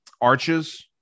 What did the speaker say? arches